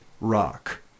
rock